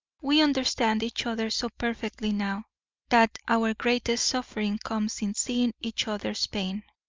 we understand each other so perfectly now that our greatest suffering comes in seeing each other's pain.